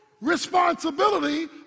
responsibility